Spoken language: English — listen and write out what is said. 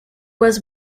was